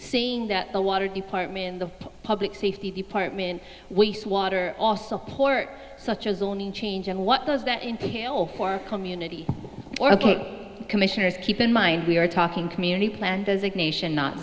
saying that the water department in the public safety department waste water all support such as zoning change and what does that entail for community commissioners keep in mind we are talking community plan designation not